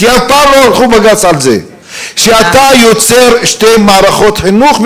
כי אף פעם לא הלכו לבג"ץ על זה שאתה בעצם יוצר שתי מערכות חינוך: